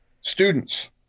students